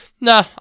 nah